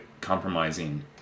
compromising